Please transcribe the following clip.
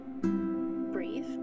breathe